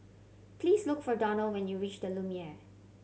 please look for Donald when you reach The Lumiere